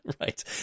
Right